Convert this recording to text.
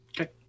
Okay